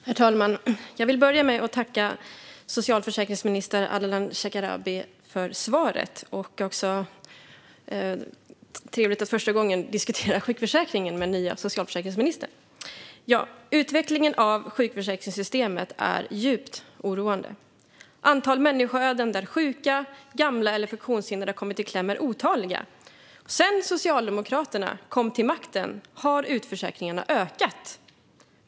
Herr talman! Jag vill börja med att tacka socialförsäkringsminister Ardalan Shekarabi för svaret. Det är trevligt att för första gången få diskutera sjukförsäkringen med den nya socialförsäkringsministern. Utvecklingen av sjukförsäkringssystemet är djupt oroande. De människoöden där sjuka, gamla eller funktionshindrade har kommit i kläm är otaliga. Sedan Socialdemokraterna kom till makten har utförsäkringarna ökat.